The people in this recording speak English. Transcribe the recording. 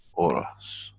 aura's,